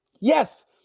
Yes